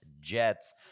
Jets